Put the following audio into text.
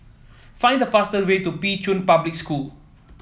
find the fastest way to Pei Chun Public School